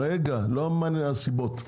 לא מעניין הסיבות,